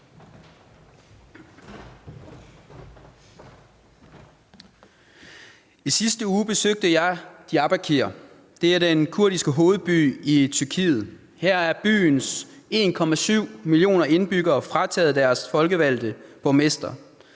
I sidste uge besøgte jeg Diyarbakir. Det er den kurdiske hovedby i Tyrkiet. Her er byens 1,7 millioner indbyggere frataget deres folkevalgte borgmester.